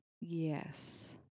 Yes